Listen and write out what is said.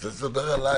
חשבתי שאתה מדבר עליי.